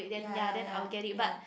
yea yea yea yea